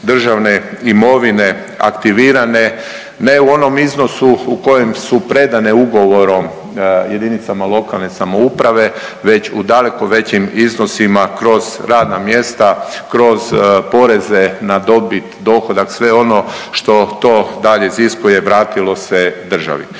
državne imovine aktivirane ne u onom iznosu u kojem su predane ugovorom jedinicama lokalne samouprave već u daleko većim iznosima kroz radna mjesta, kroz poreze na dobit, dohodak sve ono što to dalje iziskuje vratilo se državi.